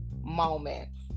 moments